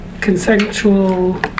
consensual